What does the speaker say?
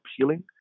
appealing